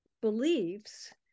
beliefs